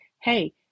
hey